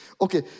Okay